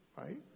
right